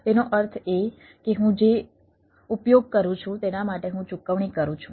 તેનો અર્થ એ કે હું જે ઉપયોગ કરું છું તેના માટે હું ચૂકવણી કરું છું